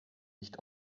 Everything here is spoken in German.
nicht